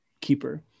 keeper